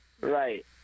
Right